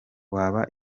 wabo